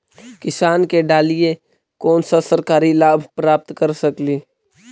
किसान के डालीय कोन सा सरकरी लाभ प्राप्त कर सकली?